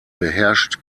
beherrscht